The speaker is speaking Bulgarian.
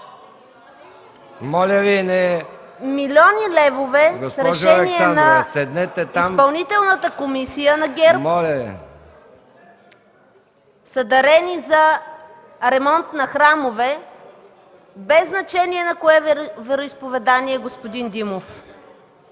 Милиони левове, с решение на Изпълнителната комисия на ГЕРБ, са дарени за ремонт на храмове, без значение на кое вероизповедание, господин Димов.